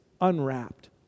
unwrapped